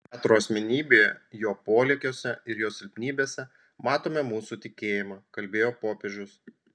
petro asmenybėje jo polėkiuose ir jo silpnybėse matome mūsų tikėjimą kalbėjo popiežius